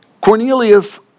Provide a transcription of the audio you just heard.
Cornelius